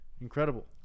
incredible